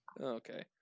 Okay